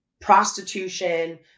prostitution